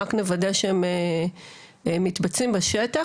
ורק וודא שהם מתבצעים בשטח,